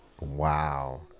Wow